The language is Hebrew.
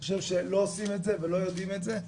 אני חושב שלא עושים את זה ולא יודעים את זה.